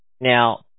Now